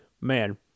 man